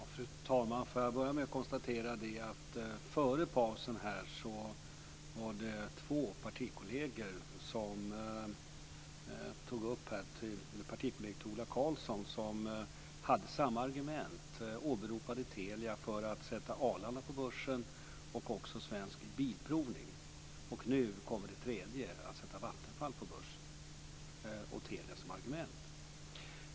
Fru talman! Jag börjar med att konstatera att före pausen var det två partikolleger till Ola Karlsson som hade samma argument, och åberopade Telia för att sätta Arlanda, och även Svensk Bilprovning, på börsen. Nu kommer det tredje - att sätta Vattenfall på börsen med Telia som argument.